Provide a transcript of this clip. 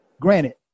granted